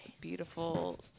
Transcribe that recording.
beautiful